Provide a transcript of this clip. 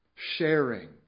Sharing